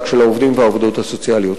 של העובדים הסוציאליים והעובדות הסוציאליות.